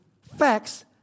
facts